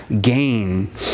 gain